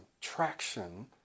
traction